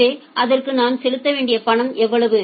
எனவே அதற்காக நான் செலுத்த வேண்டிய பணம் எவ்வளவு